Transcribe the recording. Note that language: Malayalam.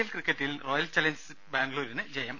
എൽ ക്രിക്കറ്റിൽ റോയൽ ചലഞ്ചേഴ്സ് ബംഗുളൂരുവിന് ജയം